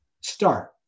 start